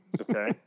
Okay